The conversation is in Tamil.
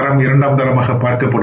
தரம் இரண்டாம் தரமாக பார்க்கப்படும்